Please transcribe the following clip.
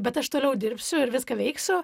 bet aš toliau dirbsiu ir viską veiksiu